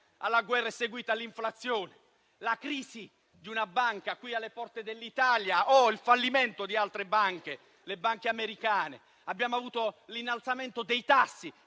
alla guerra sono seguiti l'inflazione, la crisi di una banca alle porte dell'Italia e il fallimento delle banche americane. Abbiamo avuto poi l'innalzamento dei tassi